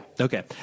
okay